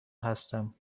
هستم